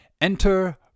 Enter